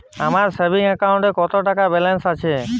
আমার সেভিংস অ্যাকাউন্টে কত টাকা ব্যালেন্স আছে?